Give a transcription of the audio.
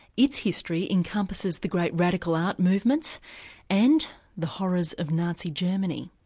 its history encompasses the great radical art movements and the horrors of nazi germany.